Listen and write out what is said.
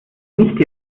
nicht